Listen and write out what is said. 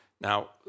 Now